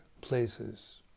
places